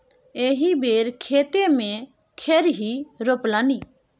एहि बेर खेते मे खेरही रोपलनि